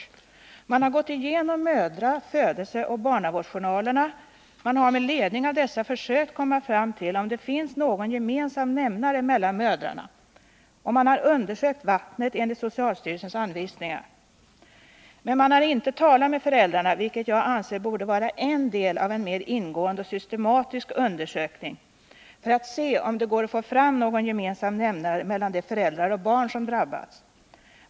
— av orsaken till Man har gått igenom mödra-, födelseoch barnavårdsjournalerna, med — medfödda missledning av dessa försökt komma fram till om det finns någon gemensam — bildningar hos nämnare mellan mödrarna och undersökt vattnet enligt socialstyrelsens — barn i Valdemarsanvisningar. Men man har inte talat med föräldrarna, vilket jag anser borde — vik vara en del av en mer ingående och systematisk undersökning för att se om det går att få fram någon gemensam nämnare mellan de föräldrar och barn som drabbats.